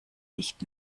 nicht